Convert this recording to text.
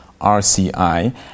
RCI